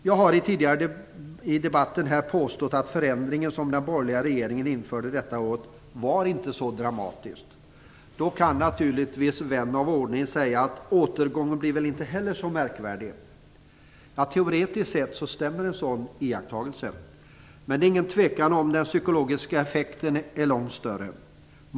Jag har tidigare i debatten påstått att den förändring som den borgerliga regeringen införde detta år inte var så dramatisk. Vän av ordning kan naturligtvis säga att återgången inte heller blir så märkvärdig. Teoretiskt sett stämmer en sådan iakttagelse. Men det är inget tvivel om att den psykologiska effekten är långt större.